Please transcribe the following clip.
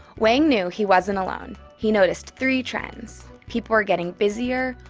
wang knew he wasn't alone. he noticed three trends people were getting busier,